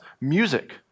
music